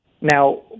Now